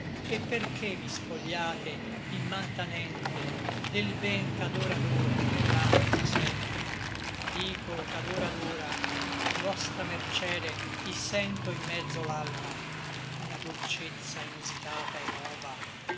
e perché mi spogliate immantanente del ben ch'ad ora ad or l'anima sente dico ch'ad ora ad ora vostra mercede i sento in mezzo l'alma una dolcezza inusitata et nova